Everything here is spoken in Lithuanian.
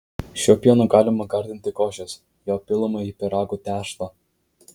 šiuo pienu galima gardinti košes jo pilama į pyragų tešlą